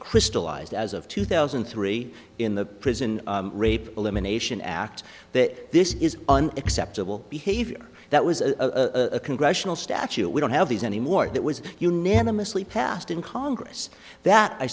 crystallized as of two thousand and three in the prison rape elimination act that this is unacceptable behavior that was a congressional statute we don't have these anymore that was unanimously passed in congress that i